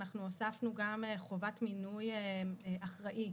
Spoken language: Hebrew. אנחנו הוספנו גם חובת מינוי אחראי,